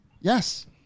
Yes